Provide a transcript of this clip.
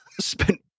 spent